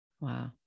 Wow